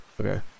okay